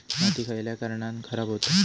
माती खयल्या कारणान खराब हुता?